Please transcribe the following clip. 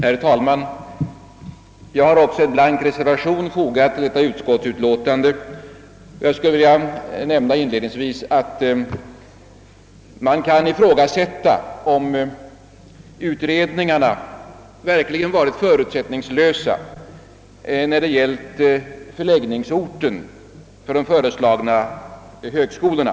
Herr talman! Jag har också en blank reservation fogad till detta utskottsutlåtande. Inledningsvis skulle jag vilja ifrågasätta, om utredningarna verkligen varit förutsättningslösa beträffande förläggningsorten för de föreslagna högskolorna.